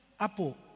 Apo